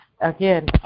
again